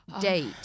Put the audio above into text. Date